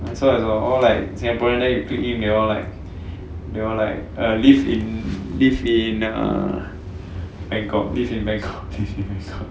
so is like all singaporean then you click in they all like they all like err live in live in err bangkok live in bangkok live in bangkok